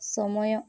ସମୟ